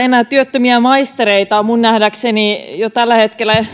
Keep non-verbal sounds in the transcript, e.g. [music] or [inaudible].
[unintelligible] enää työttömiä maistereita on nähdäkseni jo tällä hetkellä